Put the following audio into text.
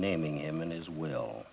naming him in his will